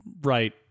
right